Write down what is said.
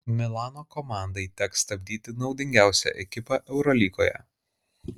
milano komandai teks stabdyti naudingiausią ekipą eurolygoje